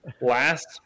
Last